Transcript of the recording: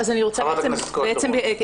חברת הכנסת קוטלר-וונש, בבקשה.